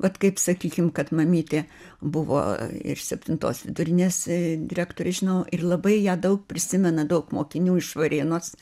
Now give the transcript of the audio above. vat kaip sakykim kad mamytė buvo ir septintos vidurinės direktorė žinoma ir labai ją daug prisimena daug mokinių iš varėnos